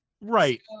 Right